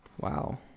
Wow